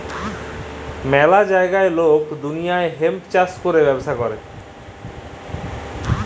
ম্যালা জাগায় লক দুলিয়ার হেম্প চাষ ক্যরে ব্যবচ্ছা ক্যরে